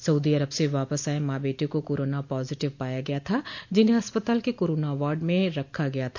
Saudi Arab से वापस आये माँ बेटे को कोरोना पॉजिटिव पाया गया था जिन्हें अस्पताल के कोरोना वार्ड में रखा गया था